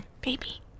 Baby